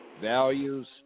Values